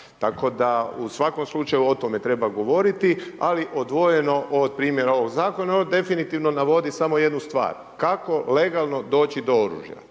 Tako da u svakom slučaju o tome treba govoriti ali odvojeno od primjera ovog zakona. On definitivno navodi samo jednu stvar, kako legalno doći do oružja.